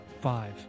Five